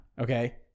Okay